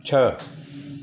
છ